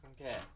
Okay